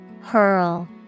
Hurl